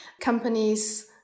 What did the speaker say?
Companies